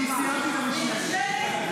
אני סיימתי את המשמרת.